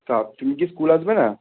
তা তুমি কি স্কুল আসবে না